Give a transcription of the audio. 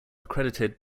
accredited